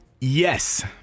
yes